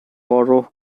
borough